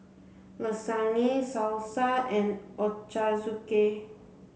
Lasagne Salsa and Ochazuke